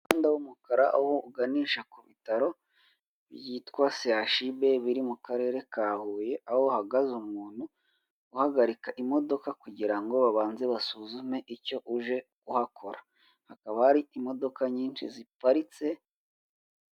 Umuhanda w'umukara aho uganisha ku bitaro byitwa Sehashiyibe, biri mu karere ka Huye, aho hahagaze umuntu uhagarika imodoka kugirango babanze basuzume icyo uje uhakora, hakaba hari imodoka nyinshi ziparitse.